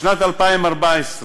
בשנת 2014,